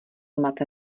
máte